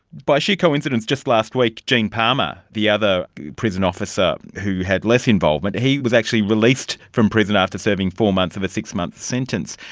by sheer coincidence just last week gene palmer, the other prison officer who had less involvement, he was actually released from prison after serving four months of a six-month sentence.